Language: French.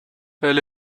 elle